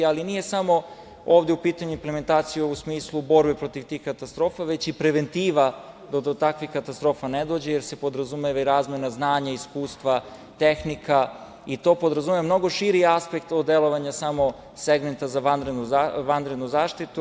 Ali, nije samo ovde u pitanju implementacija u smislu borbe protiv tih katastrofa, već i preventiva da do takvih katastrofa ne dođe, jer se podrazumeva i razmena znanja, iskustva, tehnika i to podrazumeva mnogo širi aspekt od delovanja samo segmenta za vanrednu zaštitu.